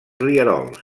rierols